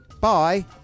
Bye